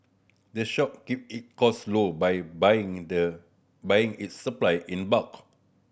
the shop keep it cost low by buying the buying its supply in bulk